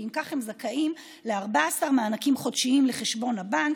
הם זכאים ל-14 מענקים חודשיים לחשבון הבנק.